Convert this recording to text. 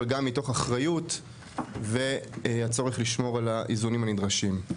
אבל גם מתוך אחריות והצורך לשמור על האיזונים הנדרשים.